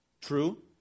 True